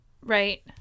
Right